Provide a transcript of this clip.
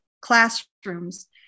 classrooms